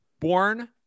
born